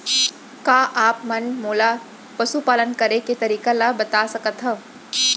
का आप मन मोला पशुपालन करे के तरीका ल बता सकथव?